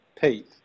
Pete